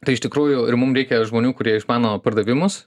tai iš tikrųjų ir mum reikia žmonių kurie išmano pardavimus